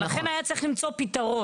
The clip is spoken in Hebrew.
ולכן היה צריך למצוא פתרון.